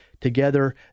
together